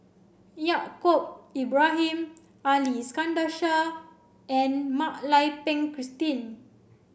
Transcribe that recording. Yaacob Ibrahim Ali Iskandar Shah and Mak Lai Peng Christine